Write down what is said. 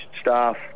staff